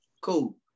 Cool